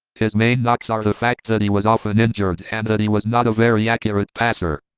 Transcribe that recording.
his main knocks are the fact that he was often injured and that he was not a very accurate passer,